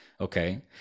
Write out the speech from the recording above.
okay